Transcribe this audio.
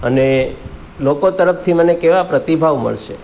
અને લોકો તરફથી મને કેવા પ્રતિભાવ મળશે